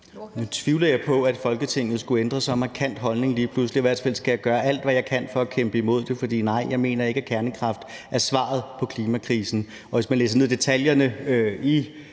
Nu tvivler jeg på, at Folketinget lige pludselig skulle ændre holdning så markant. I hvert fald skal jeg gøre alt, hvad jeg kan, for at kæmpe imod det, for nej, jeg mener ikke, at kernekraft er svaret på klimakrisen. Og hvis man læser ned i detaljerne i